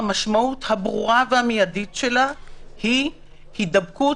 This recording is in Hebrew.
המשמעות הברורה והמיידית שלה היא הידבקות,